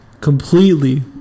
completely